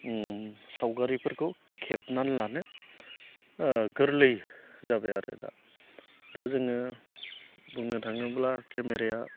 उम सावगारिफोरखौ खेबनानै लानो गोरलै जाबाय आरो दा दा जोङो बुंनो थाङोब्ला केमेराया